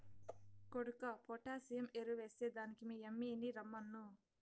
కొడుకా పొటాసియం ఎరువెస్తే దానికి మీ యమ్మిని రమ్మను